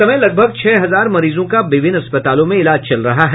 इस समय लगभग छह हजार मरीजों का विभिन्न अस्पतालों में इलाज चल रहा है